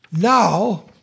Now